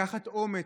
לקחת אומץ.